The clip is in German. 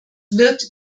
wird